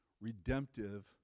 redemptive